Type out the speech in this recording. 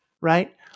Right